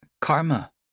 Karma